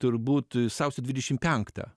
ir turbūt sausio dvidešim penktą